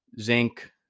zinc